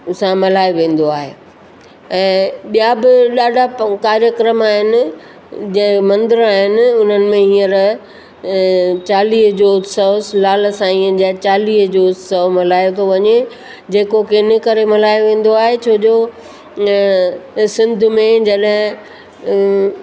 सां मल्हायो वेंदो आहे ऐं ॿियां बि ॾाढा प कार्यक्रम आहिनि जंहिं मंदर ऐं उन्हनि में हीअंर चालीह जो उत्सव लाल साईंअ जा चालीहे जो उत्सव मल्हायो थो वञे जेको के इन करे मल्हायो वेंदो आहे छो जो सिंध में जॾहिं